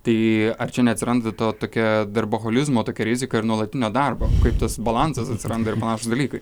tai ar čia neatsiranda ta tokia darboholizmo tokia rizika ir nuolatinio darbo kaip tas balansas atsiranda ir panašūs dalykai